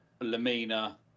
Lamina